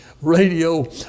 radio